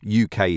uk